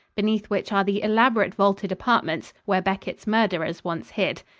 beneath which are the elaborate vaulted apartments where becket's murderers once hid.